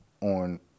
on